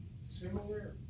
similar